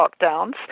lockdowns